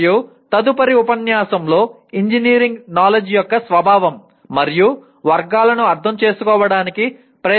మరియు తదుపరి ఉపన్యాసంలో ఇంజనీరింగ్ నాలెడ్జ్ యొక్క స్వభావం మరియు వర్గాలను అర్థం చేసుకోవడానికి ప్రయత్నిస్తాము